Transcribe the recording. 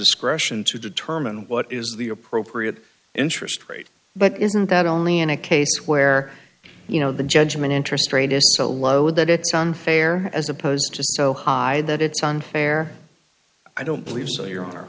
discretion to determine what is the appropriate interest rate but isn't that only in a case where you know the judgment interest rate is so low that it's unfair as opposed to so high that it's unfair i don't believe so your hon